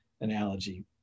analogy